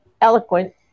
eloquent